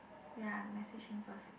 ya message him first